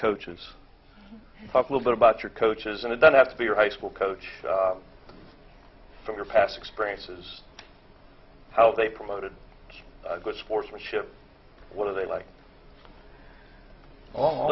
coaches but little bit about your coaches and it doesn't have to be your high school coach from your past experiences how they promoted good sportsmanship what are they like